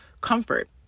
comfort